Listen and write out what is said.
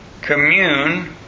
Commune